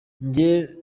jye